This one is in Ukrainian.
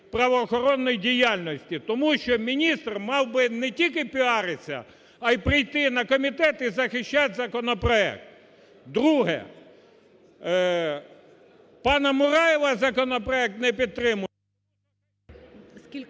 правоохоронної діяльності. Тому що міністр мав би не тільки париться, а й прийти на комітет і захищать законопроект. Друге. Пана Мураєва законопроект не підтримуємо.